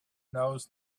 knows